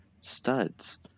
studs